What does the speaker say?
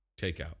takeout